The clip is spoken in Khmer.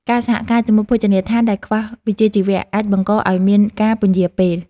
ការសហការជាមួយភោជនីយដ្ឋានដែលខ្វះវិជ្ជាជីវៈ អាចបង្កឱ្យមានការពន្យារពេល។